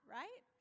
right